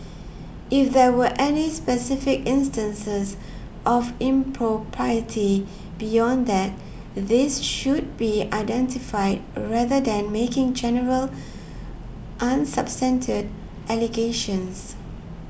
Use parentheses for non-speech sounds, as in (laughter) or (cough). if there were any specific instances of impropriety beyond that these should be identified rather than making general (unintelligible) allegations